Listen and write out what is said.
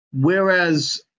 Whereas